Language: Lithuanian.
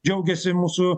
džiaugiasi mūsų